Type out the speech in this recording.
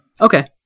Okay